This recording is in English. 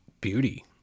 beauty